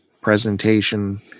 presentation